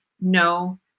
No